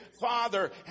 Father